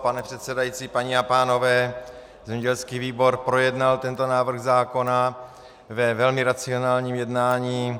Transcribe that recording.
Pane předsedající, paní a pánové, zemědělský výbor projednal tento návrh zákona ve velmi racionálním jednání.